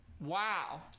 Wow